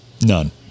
None